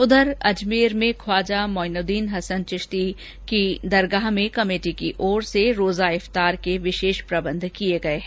उधर अजमेर में ख्वाजा मोइनुद्दीन हसन चिश्ती दरगाह कमेटी की ओर से रोजा इफ्तार के विशेष प्रबंध किए गए हैं